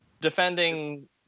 defending